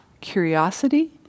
curiosity